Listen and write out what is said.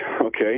okay